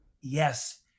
Yes